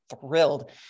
thrilled